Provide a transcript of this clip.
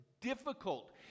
difficult